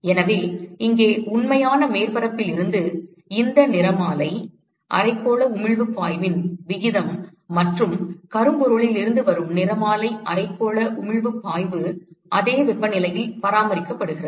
எனவே இங்கே உண்மையான மேற்பரப்பில் இருந்து இந்த நிறமாலை அரைக்கோள உமிழ்வுப் பாய்வின் விகிதம் மற்றும் கரும்பொருளிலிருந்து வரும் நிறமாலை அரைக்கோள உமிழ்வுப் பாய்வு அதே வெப்பநிலையில் பராமரிக்கப்படுகிறது